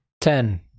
ten